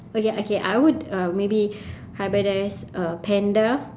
okay okay I would uh maybe hybridise a panda